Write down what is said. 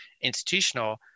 institutional